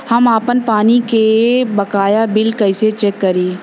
हम आपन पानी के बकाया बिल कईसे चेक करी?